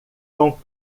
com